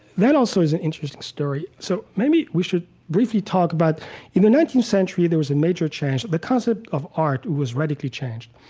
that also is an interesting story. so maybe we should briefly talk about in the nineteenth century, there was a major change. the concept of art was radically changed.